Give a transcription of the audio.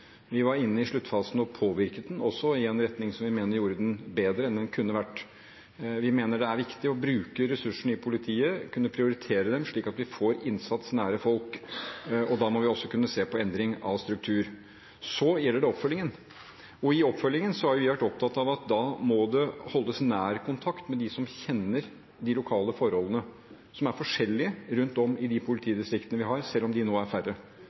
Vi var inne i sluttfasen og påvirket den, også i en retning som vi mener gjorde den bedre enn den kunne blitt. Vi mener det er viktig å bruke ressursene i politiet, å kunne prioritere dem, slik at vi får innsats nær folk, og da må vi også kunne se på endring av struktur. Så gjelder det oppfølgingen, og der har vi vært opptatt av at det må holdes nær kontakt med dem som kjenner de lokale forholdene, som er forskjellige rundt om i politidistriktene, selv om de nå er færre.